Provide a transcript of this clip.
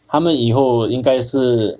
她们以后应该是